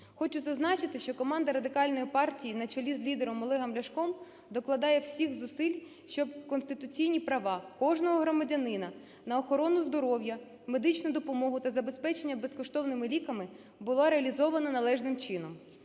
Хочу зазначити, що команда Радикальної партії на чолі з лідером Олегом Ляшком докладає всіх зусиль, щоб конституційні права кожного громадянина на охорону здоров'я, медичну допомогу та забезпечення безкоштовними ліками були реалізовані належним чином.